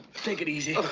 take it easy.